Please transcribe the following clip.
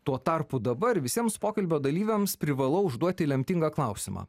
tuo tarpu dabar visiems pokalbio dalyviams privalau užduoti lemtingą klausimą